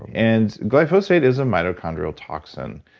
and glyphosate is a mitochondrial toxin.